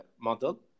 model